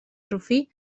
rufí